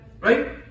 Right